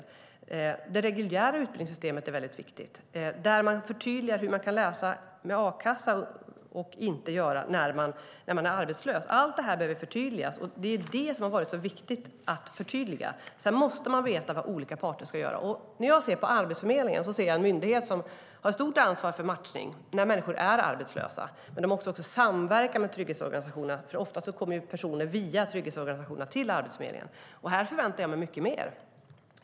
I det reguljära utbildningssystemet är det viktigt att det förtydligas hur man kan eller inte kan läsa med a-kassa när man är arbetslös. Allt det här behöver förtydligas, och det är viktigt. Sedan måste man veta vad olika parter ska göra. När jag ser på Arbetsförmedlingen ser jag en myndighet som har ett stort ansvar för matchning när människor är arbetslösa, men de måste också samverka med trygghetsorganisationerna, för ofta kommer personer via trygghetsorganisationerna till Arbetsförmedlingen. Här förväntar jag mig mycket mer.